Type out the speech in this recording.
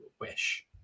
wish